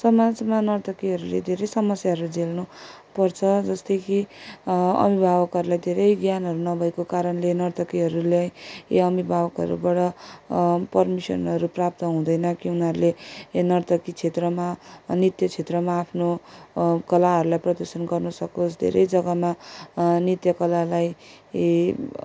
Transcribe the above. समाजमा नर्तकीहरूले धेरै समस्याहरू झेल्नु पर्छ जस्तै कि अभिभावकहरूलाई धेरै ज्ञानहरू नभएको कारणले नर्तकीहरूले या अभिभावकहरूबाट पर्मिसनहरू प्राप्त हुँदैन कि उनाहरूले नर्तकी क्षेत्रमा नृत्य क्षेत्रमा आफ्नो कलाहरूलाई प्रदर्शन गर्न सकोस् धेरै जग्गामा नृत्य कलालाई